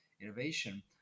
innovation